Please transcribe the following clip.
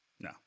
no